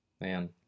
Man